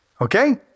Okay